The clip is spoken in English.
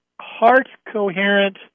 heart-coherent